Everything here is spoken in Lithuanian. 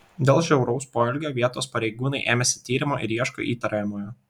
dėl žiauraus poelgio vietos pareigūnai ėmėsi tyrimo ir ieško įtariamojo